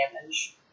damage